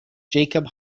jacob